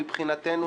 מבחינתנו,